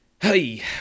Hey